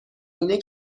اینه